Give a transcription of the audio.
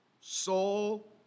soul